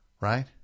Right